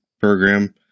program